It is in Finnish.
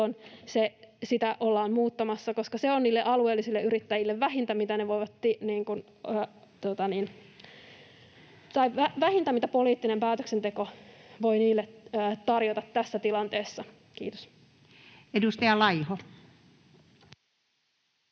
sitä ollaan muuttamassa, koska se on niille alueellisille yrittäjille vähintä, mitä poliittinen päätöksenteko voi heille tarjota tässä tilanteessa. — Kiitos. [Speech